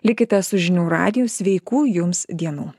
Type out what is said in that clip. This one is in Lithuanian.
likite su žinių radiju sveikų jums dienų